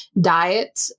diet